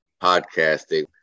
podcasting